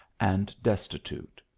and desti tute.